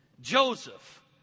Joseph